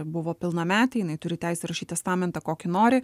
buvo pilnametė jinai turi teisę rašyt testamentą kokį nori